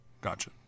Gotcha